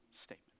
statement